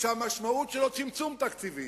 כשהמשמעות שלו צמצום תקציבי,